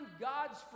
God's